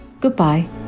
Goodbye